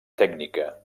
tècnica